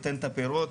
יניב את הפירות.